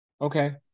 Okay